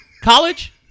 College